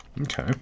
Okay